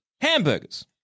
hamburgers